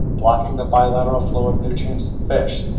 blocking the bilateral flow of nutrients and fish.